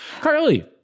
Carly